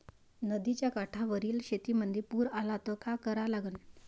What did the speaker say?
नदीच्या काठावरील शेतीमंदी पूर आला त का करा लागन?